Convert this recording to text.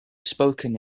spoken